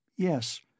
Yes